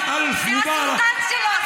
זה הסולטן שלו.